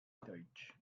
deutsch